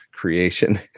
creation